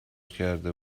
کرده